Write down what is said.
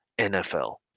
NFL